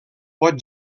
pot